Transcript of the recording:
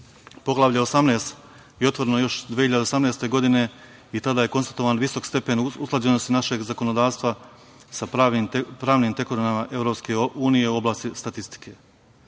18. je otvoreno još 2018. godine i tada je konstatovan visok stepen usklađenosti našeg zakonodavstva sa pravnim tekovinama EU u oblasti statistike.U